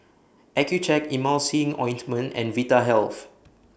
Accucheck Emulsying Ointment and Vitahealth